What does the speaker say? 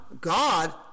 God